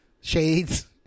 Shades